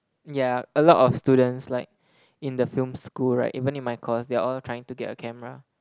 ya a lot of students like in the film school right even in my course they are all trying to get a camera